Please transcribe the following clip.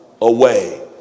away